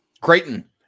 Creighton